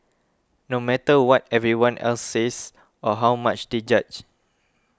no matter what everyone else says or how much they judge